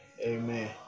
Amen